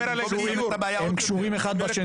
הם קשורים אחד בשני.